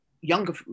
younger